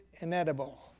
inedible